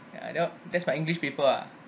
yeah that was that's my English paper ah